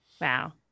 wow